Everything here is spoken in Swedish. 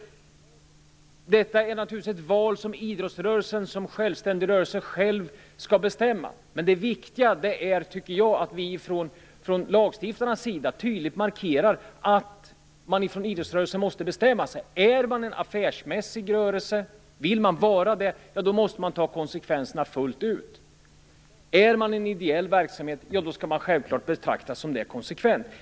Detta är naturligtvis ett val som idrottsrörelsen som självständig rörelse själv skall göra. Men det viktiga är att vi lagstiftare tydligt markerar att idrottsrörelsen måste bestämma sig. Vill man vara en affärsmässig rörelse, då måste man ta konsekvenserna fullt ut. Är man en ideell förening skall man självfallet konsekvent betraktas som en sådan.